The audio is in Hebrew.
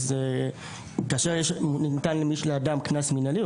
כאשר ניתן לאדם קנס מינהלי,